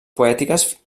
poètiques